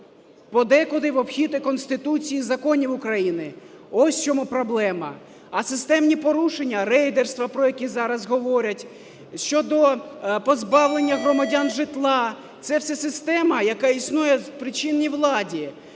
подекуди в обхід і Конституції, і законів України, ось в чому проблема. А системні порушення: рейдерство, про яке зараз говорять, щодо позбавлення громадян житла, - це все система, яка існує при чинній владі.